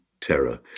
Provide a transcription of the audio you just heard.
terror